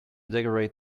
decorate